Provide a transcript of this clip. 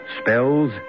spells